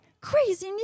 crazy